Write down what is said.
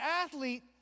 athlete